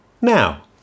Now